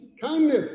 kindness